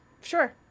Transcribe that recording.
sure